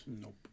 Nope